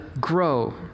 grow